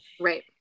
right